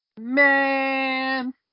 Man